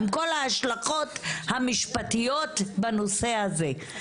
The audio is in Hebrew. עם כל ההשלכות המשפטיות בנושא הזה,